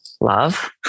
love